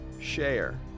share